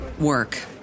work